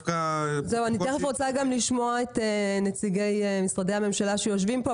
אני תכף רוצה גם לשמוע את נציגי משרדי הממשלה שיושבים פה,